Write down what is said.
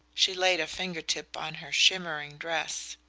she laid a finger-tip on her shimmering dress.